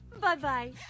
Bye-bye